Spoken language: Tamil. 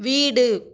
வீடு